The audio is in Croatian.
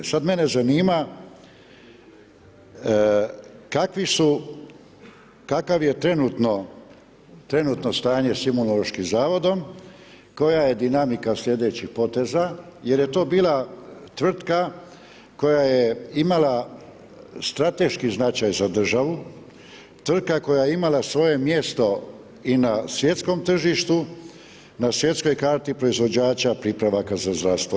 Sada mene zanima kakvi su, kakav je trenutno, trenutno stanje sa Imunološkim zavodom, koja je dinamika sljedećih poteza jer je to bila tvrtka koja je imala strateški značaj za državu, tvrtka koja je imala svoje mjesto i na svjetskom tržištu, na svjetskoj karti proizvođača, pripravka za zdravstvo.